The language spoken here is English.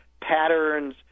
patterns